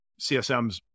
CSMs